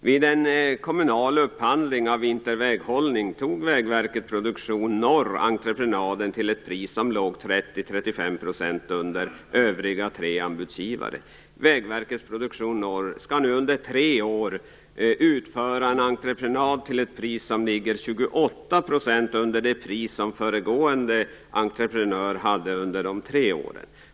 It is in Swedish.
Vid en kommunal upphandling av vinterväghållning tog Vägverket Produktion Norr entreprenaden till ett pris som låg 30-35 % under övriga tre anbudsgivare. Vägverkets Produktion Norr skall nu under tre år utföra en entreprenad till ett pris som ligger 28 % under det pris som föregående entreprenör hade under tre år.